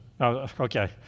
Okay